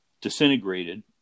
disintegrated